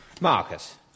Marcus